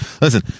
Listen